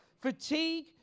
Fatigue